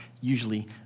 usually